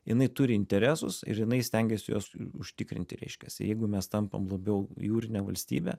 jinai turi interesus ir jinai stengiasi juos užtikrinti reiškiasi jeigu mes tampam labiau jūrine valstybe